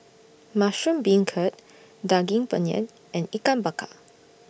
Mushroom Beancurd Daging Penyet and Ikan Bakar